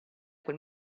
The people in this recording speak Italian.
quel